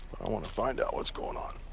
i want to find out what's going on.